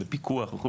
בפיקוח וכולי.